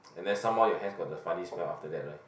and then some more your hands got the funny smell after that right